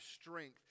strength